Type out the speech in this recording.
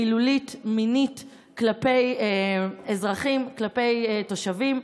מילולית, מינית כלפי אזרחים, כלפי תושבים.